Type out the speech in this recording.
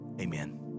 amen